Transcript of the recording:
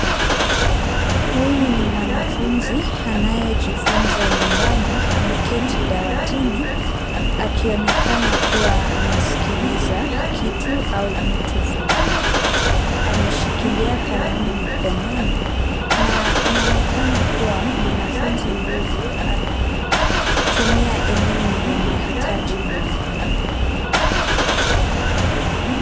Huyu ni mwanafunzi anayejifunza nyumbani, ameketi dawatini akionekana kua anasikiliza kitu au mtu fulani. Ameshikilia kalamu mkononi na inaonekana kua mwanafunzi huyu anatumia elimu ya mahitaji maalumu.